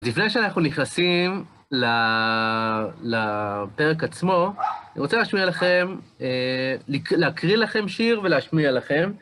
לפני שאנחנו נכנסים לפרק עצמו, אני רוצה להשמיע לכם, להקריא לכם שיר ולהשמיע לכם.